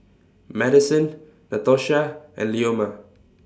Maddison Natosha and Leoma